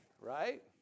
Right